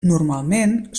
normalment